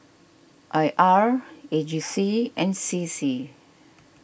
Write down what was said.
I R A G C and C C